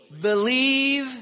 believe